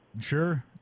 Sure